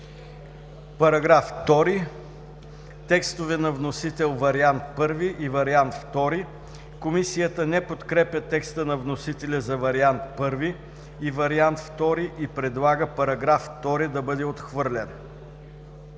Параграф 19 – текстове на вносител: Вариант I и ВариантII. Комисията не подкрепя текста на вносителя за Вариант I и Вариант II и предлага § 19 да бъде отхвърлен.